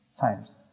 times